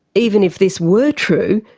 even if this were true,